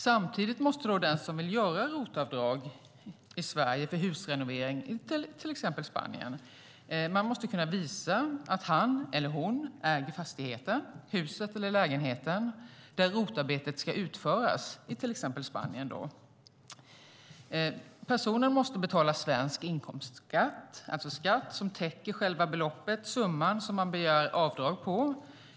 Samtidigt måste den i Sverige som vill göra ROT-avdrag för husrenovering i till exempel Spanien kunna visa att han eller hon äger fastigheten - huset eller lägenheten - där ROT-arbetet ska utföras. Personen måste betala svensk inkomstskatt, alltså skatt som täcker själva beloppet, summan, man begär avdrag på.